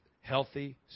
healthy